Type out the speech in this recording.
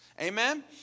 Amen